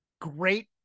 great –